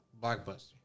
Blockbuster